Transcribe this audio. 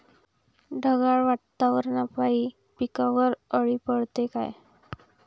ढगाळ वातावरनापाई पिकावर अळी पडते का?